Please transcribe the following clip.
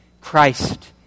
Christ